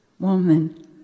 woman